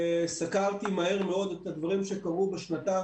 סקרתי מהר מאוד את הדברים שקרו בשנתיים